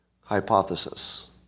hypothesis